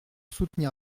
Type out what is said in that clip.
soutenir